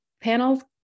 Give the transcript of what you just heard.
panels